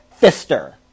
Fister